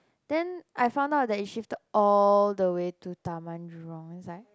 then I found out that it shifted all the way to Taman-Jurong and is like